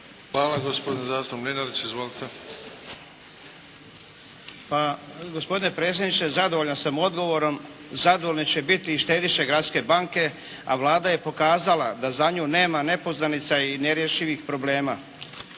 Petar (HDZ)** Pa gospodin predsjedniče, zadovoljan sam odgovorom. Zadovoljni će biti i štediše gradske banke, a Vlada je pokazala da za nju nema nepoznanica i nerješivih problema.